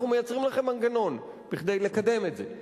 אנחנו מייצרים לכם מנגנון כדי לקדם את זה,